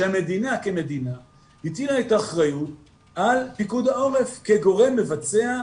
שהמדינה כמדינה הטילה את האחריות על פיקוד העורף כגורם מבצע,